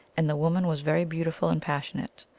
and the woman was very beautiful and passionate.